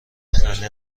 خنده